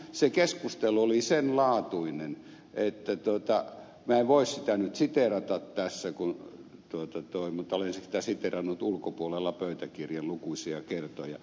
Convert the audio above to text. se keskustelu oli sen laatuinen että minä en voi sitä nyt siteerata tässä mutta olen sitä siteerannut ulkopuolella pöytäkirjan lukuisia kertoja